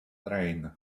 train